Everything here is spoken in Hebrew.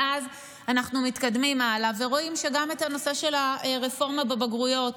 ואז אנחנו מתקדמים הלאה ורואים גם את הנושא של הרפורמה בבגרויות,